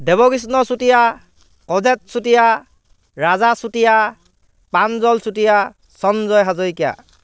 Debkrishna Chutia Ajet Chutia Raja Chutia Panjal Chutia Sanjay হাজয়িকীয়া